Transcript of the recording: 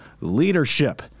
leadership